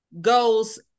goes